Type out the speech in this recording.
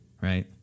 right